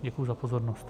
Děkuji za pozornost.